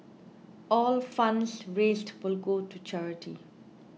all funds raised will go to charity